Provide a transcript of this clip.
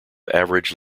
average